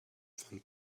than